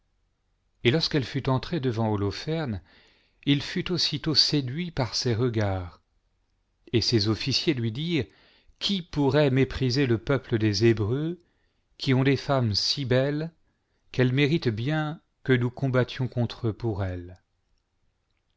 et lorsqu'elle fut entrée devant holoferne il fut aussitôt séduit par ses regards et ses officiers lui dirent qui pourrait mépriser le peuple des hébreux qui ont des femmes si belles qu'elles méritent bien que nous combattions contre eux pour elles